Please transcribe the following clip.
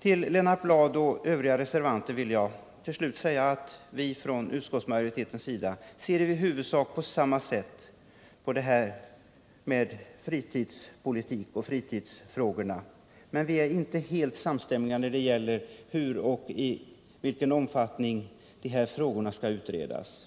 till Lennart Bladh och övriga reservanter att vi inom utskottsmajoriteten i huvudsak ser fritidspolitiken och fritidsfrågorna på samma sätt som ni. Men vi är inte helt överens med er när det gäller hur och i vilken omfattning dessa frågor skall utredas.